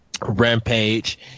Rampage